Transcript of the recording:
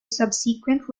subsequent